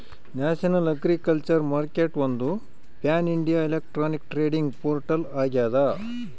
national agriculture ಮಾರ್ಕೆಟ್ಒಂದು pan India electronic trading portal ಆಗ್ಯದ